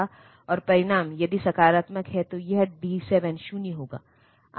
और परिणाम यदि सकारात्मक है तो यह D 7 0 होगा